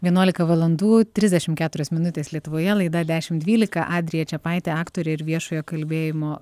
vienuolika valandų trisdešim keturios minutės lietuvoje laida dešim dvylika adrija čepaitė aktorė ir viešojo kalbėjimo